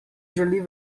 želi